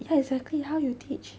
ya exactly how you teach